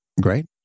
Great